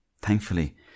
thankfully